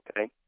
Okay